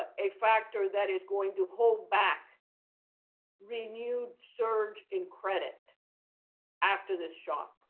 ah a factor that is going to hold back renewed surge in credit after this shock.